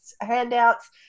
handouts